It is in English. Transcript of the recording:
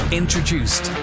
introduced